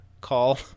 call